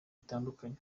bitandukanye